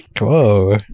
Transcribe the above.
whoa